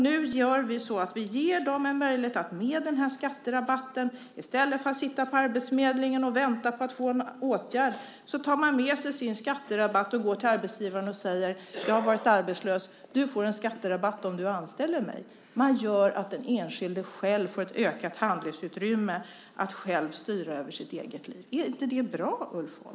Nu ger vi dem en möjlighet att, i stället för att sitta på arbetsförmedlingen och vänta på att få en åtgärd, ta med sig sin skatterabatt till arbetsgivaren och säga: Jag har varit arbetslös. Du får en skatterabatt om du anställer mig. Vi ger den enskilde ett ökat handlingsutrymme och en ökad möjlighet att själv styra över sitt liv. Är det inte bra, Ulf Holm?